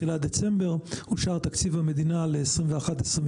בתחילת דצמבר, אושר תקציב המדינה ל-2022-2021.